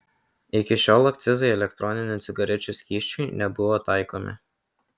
iki šiol akcizai elektroninių cigarečių skysčiui nebuvo taikomi